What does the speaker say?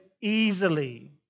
easily